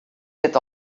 zit